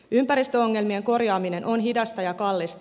ympäristöongelmien korjaaminen on hidasta ja kallista